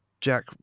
Jack